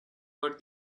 what